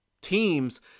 teams